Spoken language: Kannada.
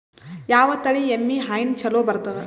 ಯಾವ ತಳಿ ಎಮ್ಮಿ ಹೈನ ಚಲೋ ಬರ್ತದ?